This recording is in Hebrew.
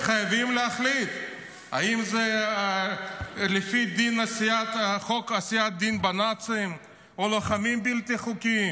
חייבים להחליט אם זה לפי החוק לעשיית דין בנאצים או לוחמים בלתי חוקיים.